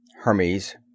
Hermes